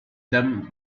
them